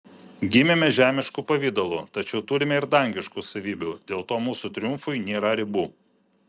gimėme žemišku pavidalu tačiau turime ir dangiškų savybių dėl to mūsų triumfui nėra ribų